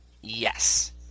Yes